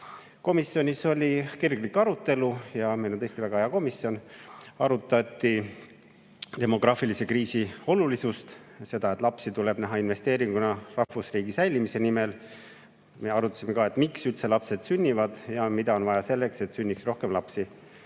Komisjonis oli kirglik arutelu, meil on tõesti väga hea komisjon. Arutati demograafilise kriisi olulisust, seda, et lapsi tuleb näha investeeringuna rahvusriigi säilimise nimel. Me arutasime ka, miks üldse lapsed sünnivad ja mida on vaja selleks, et sünniks rohkem lapsi.